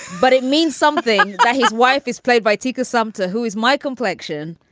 but it means something that his wife is played by teco sumpter, who is my complexion.